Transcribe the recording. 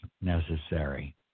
necessary